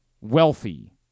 wealthy